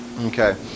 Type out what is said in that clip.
Okay